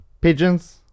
pigeons